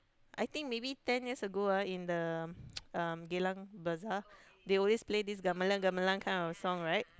I think maybe ten years ago ah in the uh Geylang-Besar they always play this gamelan gamelan kind of song right